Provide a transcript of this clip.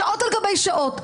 שעות על גבי שעות,